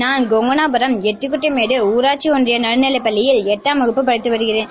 நான் கொங்கணாபுரம் எட்டுட்டிமேடு ஊராட்சி ஒன்றிய நடுநிலைப் பள்ளியில் எட்டாம் வகுப்பு படிக்து வருகிறேன்